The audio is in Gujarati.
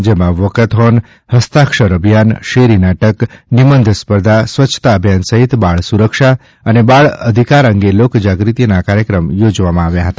જેમાં વોકેથોન હસ્તાક્ષર અભિયાન શેરી નાટક નિબંધ સ્પર્ધા સ્વચ્છતા અભિયાન સહિત બાળ સુરક્ષા અને બાળ અધિકાર અંગે લોકજાગૃતિના કાર્યક્રમ યોજવામાં આવ્યા હતા